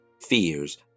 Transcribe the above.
fears